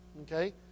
okay